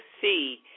see